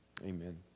amen